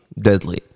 deadly